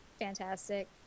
fantastic